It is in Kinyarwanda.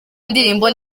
indirimbo